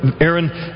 Aaron